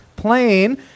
plane